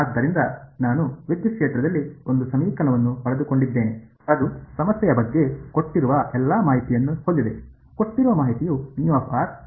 ಆದ್ದರಿಂದ ನಾನು ವಿದ್ಯುತ್ ಕ್ಷೇತ್ರದಲ್ಲಿ ಒಂದು ಸಮೀಕರಣವನ್ನು ಪಡೆದುಕೊಂಡಿದ್ದೇನೆ ಅದು ಸಮಸ್ಯೆಯ ಬಗ್ಗೆ ಕೊಟ್ಟಿರುವ ಎಲ್ಲಾ ಮಾಹಿತಿಯನ್ನು ಹೊಂದಿದೆ ಕೊಟ್ಟಿರುವ ಮಾಹಿತಿಯು ಮತ್ತು